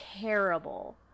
terrible